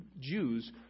Jews